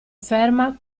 ferma